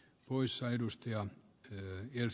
poissa edustaja tietoturvaan